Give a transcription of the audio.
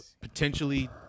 Potentially